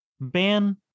Ban